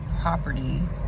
property